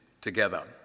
together